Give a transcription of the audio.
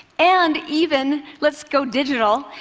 and even, let's go digital,